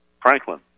Franklin